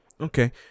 okay